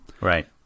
Right